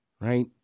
Right